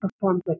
performed